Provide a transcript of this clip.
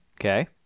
Okay